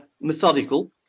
methodical